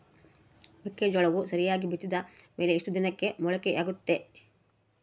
ಮೆಕ್ಕೆಜೋಳವು ಸರಿಯಾಗಿ ಬಿತ್ತಿದ ಮೇಲೆ ಎಷ್ಟು ದಿನಕ್ಕೆ ಮೊಳಕೆಯಾಗುತ್ತೆ?